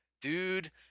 Dude